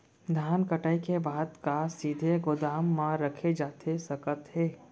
धान कटाई के बाद का सीधे गोदाम मा रखे जाथे सकत हे?